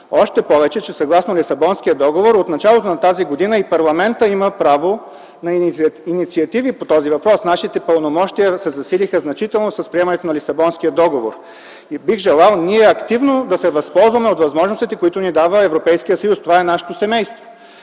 Още повече, че съгласно Лисабонския договор от началото на тази година и парламентът има право на инициативи по този въпрос. Нашите пълномощия се засилиха значително с приемането на Лисабонския договор и бих желал ние активно да се възползваме от възможностите, които ни дава Европейският съюз. Това е нашето семейство.